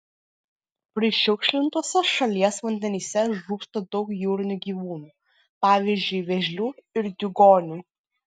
prišiukšlintuose šalies vandenyse žūsta daug jūrinių gyvūnų pavyzdžiui vėžlių ir diugonių